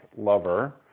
lover